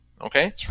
okay